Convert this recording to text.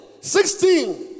sixteen